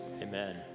amen